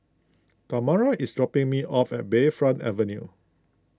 Tamara is dropping me off at Bayfront Avenue